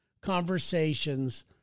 conversations